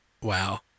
Wow